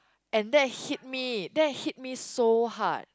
and that hit me that hit me so hard